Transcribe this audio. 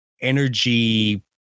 energy